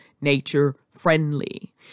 nature-friendly